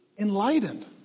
enlightened